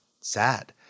sad